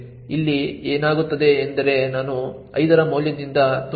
ಇಲ್ಲಿ ಏನಾಗುತ್ತದೆ ಎಂದರೆ ನಾನು 5 ರ ಮೌಲ್ಯದಿಂದ ತುಂಬಿದೆ